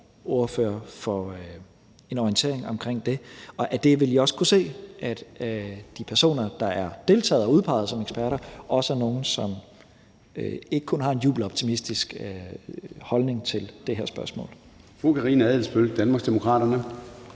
ordførere får en orientering om det, og af det vil I også kunne se, at de personer, der er udpeget og deltager som eksperter, også er nogle, som ikke kun har en jubeloptimistisk holdning til det her spørgsmål. Kl. 14:15 Formanden (Søren